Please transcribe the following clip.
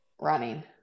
running